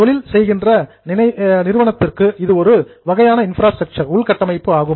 தொழில் செய்கின்ற நிறுவனத்திற்கு இது ஒரு வகையான இன்ஃப்ராஸ்ட்ரக்சர் உள்கட்டமைப்பு ஆகும்